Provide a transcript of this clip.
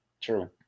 True